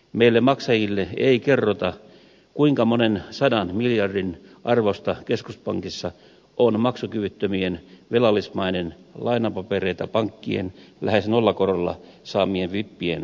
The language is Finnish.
meille maksajille ei kerrota kuinka monen sadan miljardin arvosta keskuspankissa on maksukyvyttömien velallismaiden lainapapereita pankkien lähes nollakorolla saamien vippien vakuutena